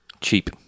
Cheap